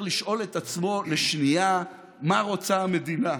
לשאול את עצמו לשנייה מה רוצה המדינה.